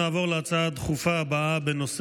נעבור להצעה הדחופה הבאה לסדר-היום,